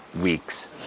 weeks